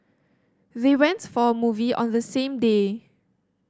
they went for a movie on the same day